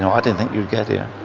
and didn't think you'd get here.